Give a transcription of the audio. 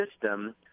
system